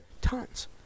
Tons